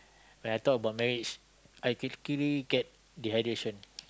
when I talk about marriage I quickly get the edition